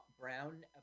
brown